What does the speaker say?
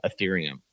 Ethereum